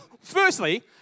firstly